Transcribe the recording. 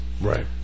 right